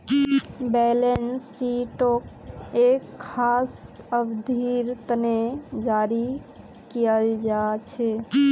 balance शीटक एक खास अवधिर तने जारी कियाल जा छे